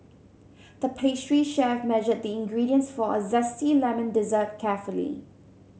the pastry chef measured the ingredients for a zesty lemon dessert carefully